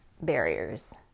barriers